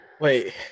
Wait